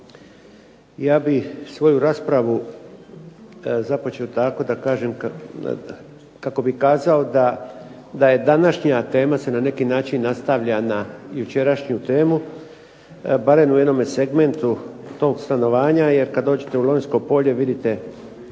Ja bih svoju raspravu započeo tako da kažem kako bih kazao da je današnja tema se na neki način nastavlja na jučerašnju temu barem u jednom segmentu tog stanovanja jer kad dođete u Lonjsko polje vidite